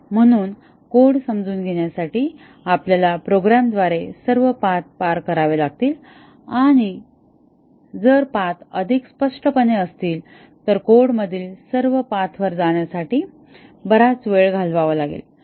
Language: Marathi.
म्हणून कोड समजून घेण्यासाठी आपल्याला प्रोग्रामद्वारे सर्व पाथ पार करावे लागतील आणि जर पाथ अधिक स्पष्टपणे असतील तर कोडमधील सर्व पाथवर जाण्यासाठी बराच वेळ घालवावा लागेल